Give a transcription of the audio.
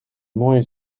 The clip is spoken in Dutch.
mooie